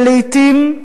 ולעתים,